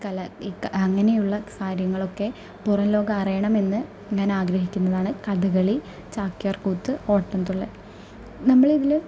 ഈ കലാ ഈ ക അങ്ങനെയുള്ള കാര്യങ്ങളൊക്കെ പുറംലോകം അറിയണമെന്ന് ഞാനാഗ്രഹിക്കുന്നതാണ് കഥകളി ചാക്യാര്കൂത്ത് ഓട്ടന്തുള്ളല് നമ്മളതിൽ